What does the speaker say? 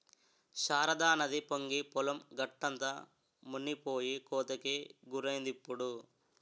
శారదానది పొంగి పొలం గట్టంతా మునిపోయి కోతకి గురైందిప్పుడు